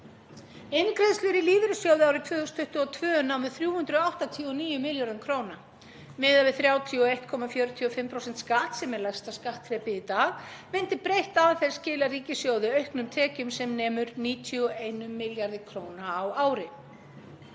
Inngreiðslur í lífeyrissjóði árið 2022 námu 389 milljörðum kr. Miðað við 31,45% skatt, sem er lægsta skattþrepið í dag, myndi breytt aðferð skila ríkissjóði auknum tekjum sem nemur 91 milljarði kr. á ári.